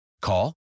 Call